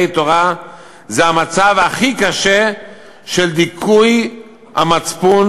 תורה זה המצב הכי קשה של דיכוי המצפון,